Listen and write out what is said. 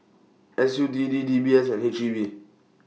S U T D D B S and H G B